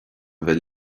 bheith